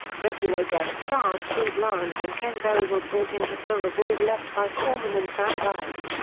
regular guest stars steve lawrence and ken berry were brought in to fill the void left by korman and van dyke.